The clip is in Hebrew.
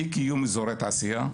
אי קיום אזורי תעשיה.